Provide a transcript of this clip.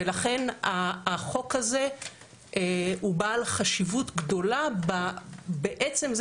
לכן החוק הזה הוא בעל חשיבות גדולה בעצם זה